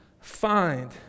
find